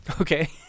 Okay